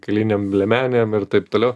kailinėm liemenėm ir taip toliau